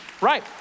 right